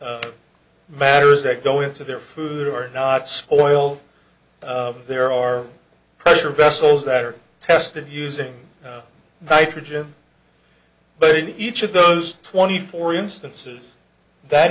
edible matters that go into their food or not spoil there are pressure vessels that are tested using nitrogen but in each of those twenty four instances that